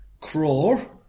crore